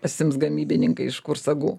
pasiims gamybininkai iš kur sagų